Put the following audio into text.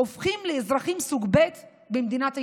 הופכים לאזרחים סוג ב' במדינת היהודים.